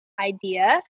idea